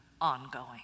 ongoing